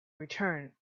returned